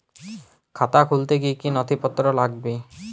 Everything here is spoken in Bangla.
খাতা খুলতে কি কি নথিপত্র লাগবে?